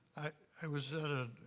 i was at a